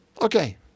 Okay